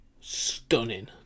Stunning